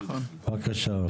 בבקשה אסנת.